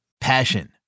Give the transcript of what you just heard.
Passion